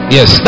Yes